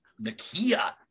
nakia